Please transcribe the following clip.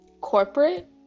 corporate